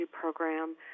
program